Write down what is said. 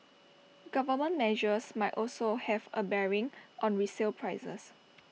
government measures might also have A bearing on resale prices